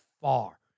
far